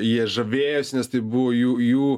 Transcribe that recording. jie žavėjosi nes tai buvo jų jų